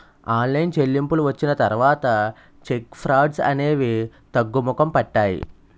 online చెల్లింపులు వచ్చిన తర్వాత చెక్ ఫ్రాడ్స్ అనేవి తగ్గుముఖం పట్టాయి